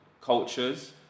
cultures